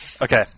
Okay